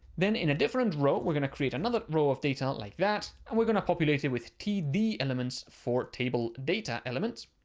then in a different row, we're going to create another row of data like that. and we're going to populate it with td elements for table data elements.